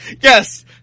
Yes